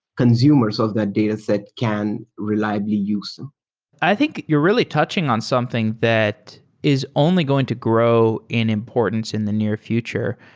consumers of that dataset can reliably use them i think you're really touching on something that is only going to grow in importance in the near future.